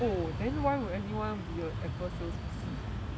oh then why would anyone be apple salesperson